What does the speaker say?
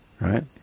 right